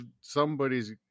Somebody's